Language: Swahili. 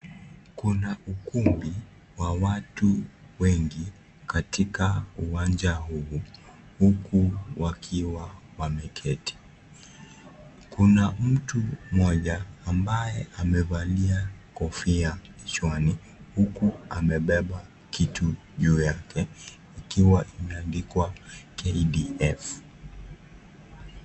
Kuna ukumbi wa watu wengi katika uwanja huu, huku wakiwa wameketi. Kuna mtu mmoja ambaye amevalia kofia kichwani, huku amebeba kitu juu yake ikiwa imeandikwa KDF.